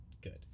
good